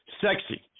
sexy